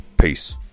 Peace